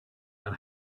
and